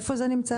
איפה זה נמצא?